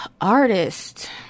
artist